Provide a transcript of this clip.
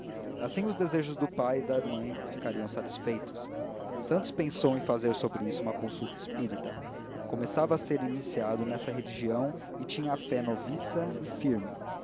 assim os desejos do pai e da mãe ficariam satisfeitos santos pensou em fazer sobre isso uma consulta espírita começava a ser iniciado nessa religião e tinha a fé noviça e firme